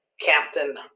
Captain